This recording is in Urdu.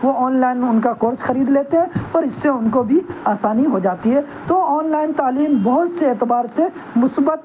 وہ آنلائن ان کا کورس خرید لیتے ہیں اور اس سے ان کو بھی آسانی ہو جاتی ہے تو آنلائن تعلیم بہت سے اعتبار سے مثبت